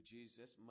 Jesus